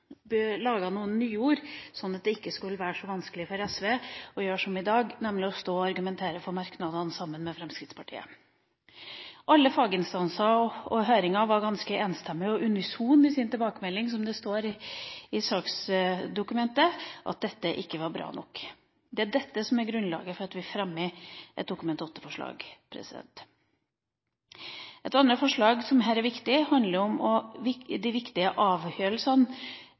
noen nye ord sånn at det ikke skulle være så vanskelig for SV å gjøre som i dag, nemlig å stå og argumentere for merknadene sammen med Fremskrittspartiet. Alle faginstanser og høringer var ganske enstemmige og «unisone» i sin tilbakemelding, som det står i saksdokumentet, og at dette ikke var bra nok. Det er dette som er grunnlaget for at vi fremmer et Dokument 8-forslag. Et av de forslagene som her er viktig, handler om